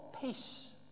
peace